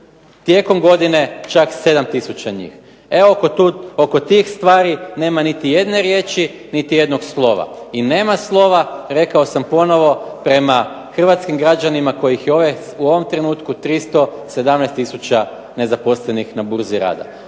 tijekom godine čak 7 tisuća njih. Evo oko tih stvari nema niti jedne riječi, nema niti jednog slova i nema slova rekao sam ponovno, prema hrvatskim građanima kojih je u ovom trenutku 317 tisuća nezaposlenih na burzi rada.